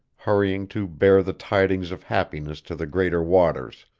hurrying to bear the tidings of happiness to the greater waters,